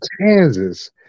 Kansas